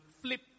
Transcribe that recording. flip